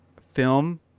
film